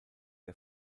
der